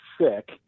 sick